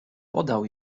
podał